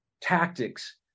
tactics